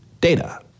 data